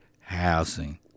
housing